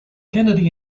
kennedy